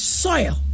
soil